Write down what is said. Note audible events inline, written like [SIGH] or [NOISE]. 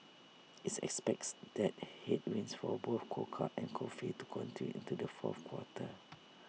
IT expects these headwinds for both cocoa and coffee to continue into the fourth quarter [NOISE]